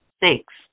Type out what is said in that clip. Thanks